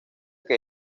que